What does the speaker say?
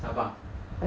sabar